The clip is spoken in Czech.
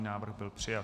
Návrh byl přijat.